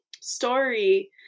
story